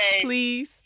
please